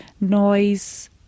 noise